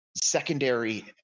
secondary